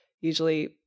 usually